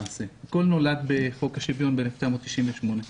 הכול נולד בחוק השוויון ב-1998.